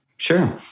Sure